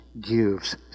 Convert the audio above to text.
gives